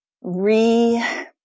re